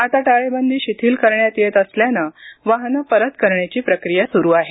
आता टाळेबंदी शिथिल करण्यात येत असल्यानं वाहनं परत करण्याची प्रक्रिया सध्या सुरू आहे